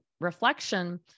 reflection